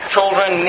Children